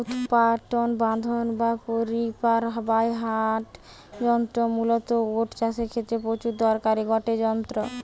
উৎপাটন বাঁধন বা রিপার বাইন্ডার যন্ত্র মূলতঃ ওট চাষের ক্ষেত্রে প্রচুর দরকারি গটে যন্ত্র